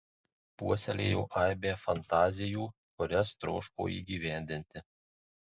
puoselėjo aibę fantazijų kurias troško įgyvendinti